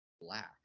black